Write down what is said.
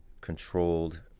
controlled